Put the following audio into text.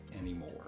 anymore